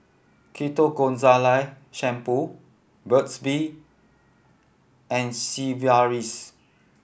Ketoconazole Shampoo Burt's Bee and Sigvaris